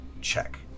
Check